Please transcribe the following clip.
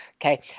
okay